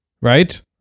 right